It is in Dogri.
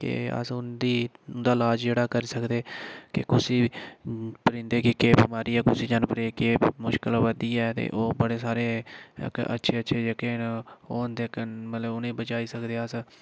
कि अस उं'दी उं'दा इलाज जेह्ड़ा करी सकदे कि कुसी परिंदें गी केह् बमारी ऐ कुसै जानबरें गी केह् मुश्कल आवा दी ऐ ते ओह् बड़े सारे इक अच्छे अच्छे जेह्के न ओह् उंदे कन्नै मतलब उ'नेंगी बचाई सकदे अस